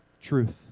truth